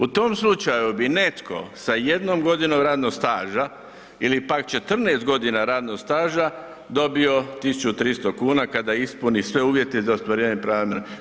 U tom slučaju bi netko sa jednom godinom radnog staža ili pak 14 godina radnog staža dobio 1.300 kuna kada ispuni sve uvjete za ostvarenje prava.